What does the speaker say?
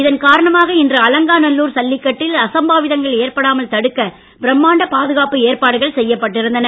இதன் காரணமாக இன்று அலங்காநல்லூர் ஜல்லிக்கட்டில் அசம்பாவிதங்கள் ஏற்படாமல் தடுக்க பிரம்மாண்ட பாதுகாப்பு ஏற்பாடுகள் செய்யப்பட்டு இருந்தன